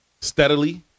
steadily